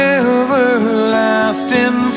everlasting